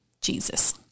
Jesus